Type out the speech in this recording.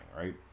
right